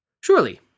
Surely